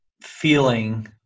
feeling